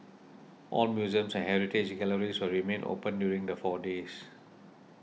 all museums and heritage galleries will remain open during the four days